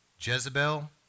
Jezebel